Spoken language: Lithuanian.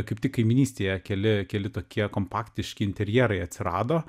kaip tik kaimynystėje keli keli tokie kompaktiški interjerai atsirado